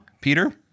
Peter